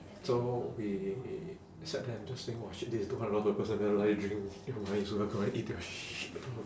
so we sat there and just think !wah! shit this is two hundred dollar per person drink then I might as well go and eat their shit